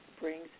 brings